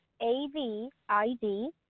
A-V-I-D